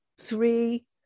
three